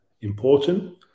important